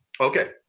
Okay